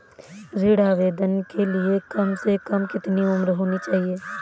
ऋण आवेदन के लिए कम से कम कितनी उम्र होनी चाहिए?